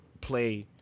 play